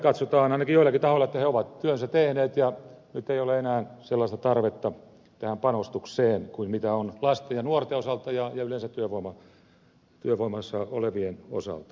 katsotaan ainakin joillakin tahoilla että he ovat työnsä tehneet ja nyt ei ole enää sellaista tarvetta tähän panostukseen kuin on lasten ja nuorten osalta ja yleensä työvoimassa olevien osalta